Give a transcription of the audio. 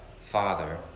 Father